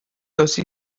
آسیب